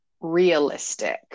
realistic